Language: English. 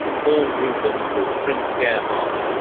paul reubens as prince gerhardt